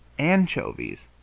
anchovies,